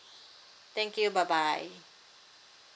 thank you bye bye